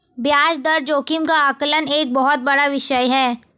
ब्याज दर जोखिम का आकलन एक बहुत बड़ा विषय है